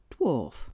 dwarf